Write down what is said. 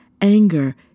anger